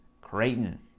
creighton